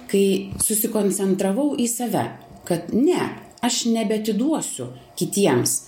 kai susikoncentravau į save kad ne aš nebeatiduosiu kitiems